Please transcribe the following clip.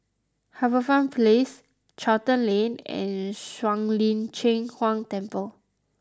HarbourFront Place Charlton Lane and Shuang Lin Cheng Huang Temple